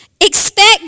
Expect